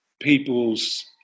people's